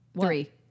three